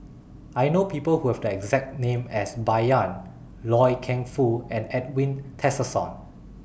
I know People Who Have The exact name as Bai Yan Loy Keng Foo and Edwin Tessensohn